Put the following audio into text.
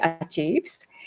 achieves